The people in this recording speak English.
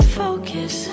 focus